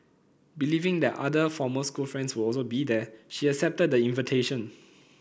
believing that other former school friends would also be there she accepted the invitation